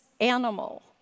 animal